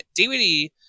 DVD